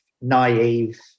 naive